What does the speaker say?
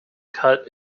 cut